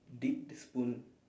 dipped the spoon